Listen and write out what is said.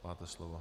Máte slovo.